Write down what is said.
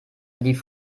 lief